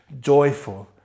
joyful